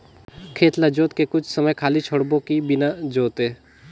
खेत ल जोत के कुछ समय खाली छोड़बो कि बिना जोते?